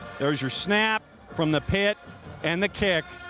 there's your snap from the pit and the kick.